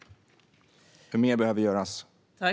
Men mer behöver göras.